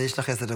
יש לך עשר דקות.